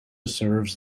serves